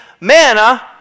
manna